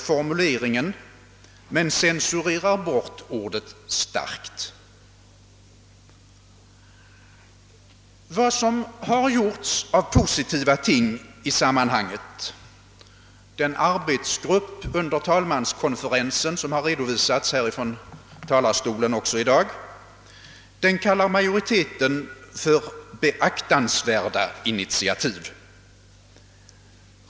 formuleringen men censurerar bort ordet »starkt». De positiva åtgärder som har vidtagits i sammanhanget — den arbetsgrupp under talmanskonferensen för vilken redogjorts här från talarstolen i dag — kallar majoriteten »beaktansvärda initiativ».